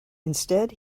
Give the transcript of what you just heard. instead